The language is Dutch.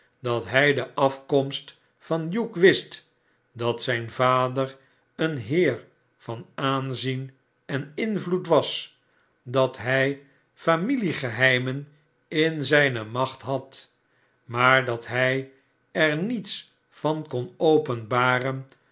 dat hij de afkomst van hugh wist dat zijn vader een heer van aanzien en invloed was dat hij familiegeheimen in zijne macht had maar dat hij er niets van kon openbaren